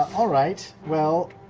all right. well.